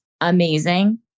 amazing